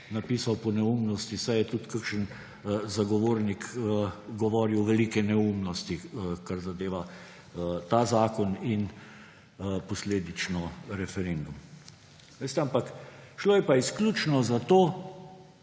napisal po neumnosti, saj je tudi kakšen zagovornik govoril velike neumnosti, kar zadeva ta zakon in posledično referendum. Ampak veste, šlo je izključno za to,